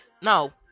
No